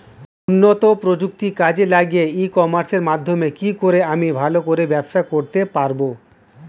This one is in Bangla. উন্নত প্রযুক্তি কাজে লাগিয়ে ই কমার্সের মাধ্যমে কি করে আমি ভালো করে ব্যবসা করতে পারব?